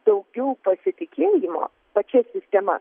daugiau pasitikėjimo pačia sistema